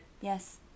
Yes